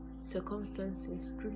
circumstances